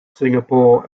singapore